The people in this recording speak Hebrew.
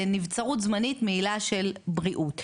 בנבצרות זמנית מעילה של בריאות,